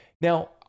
Now